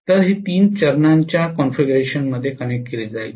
तर हे तीन चरणांच्या कॉन्फिगरेशनमध्ये कनेक्ट केले जाईल